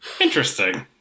Interesting